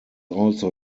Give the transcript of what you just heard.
also